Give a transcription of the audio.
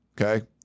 okay